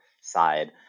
side